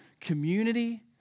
community